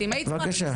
בבקשה.